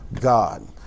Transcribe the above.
God